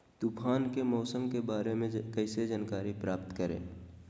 तूफान के मौसम के बारे में कैसे जानकारी प्राप्त करें?